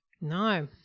No